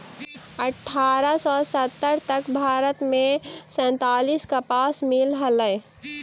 अट्ठारह सौ सत्तर तक भारत में सैंतालीस कपास मिल हलई